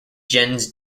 jens